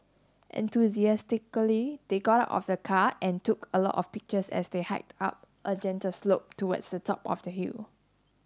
enthusiastically they got out of the car and took a lot of pictures as they hiked up a gentle slope towards the top of the hill